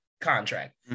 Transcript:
contract